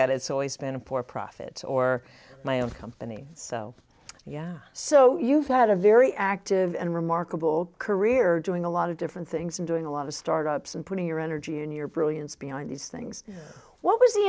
that it's always been a poor profit or my own company so yeah so you've had a very active and remarkable career doing a lot of different things and doing a lot of startups and putting your energy and your brilliance behind these things what was the